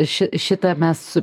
ši šitą mes